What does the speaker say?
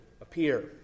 appear